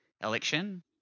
election